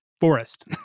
forest